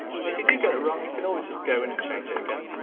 and if you do get it wrong you can always just go in and change it but and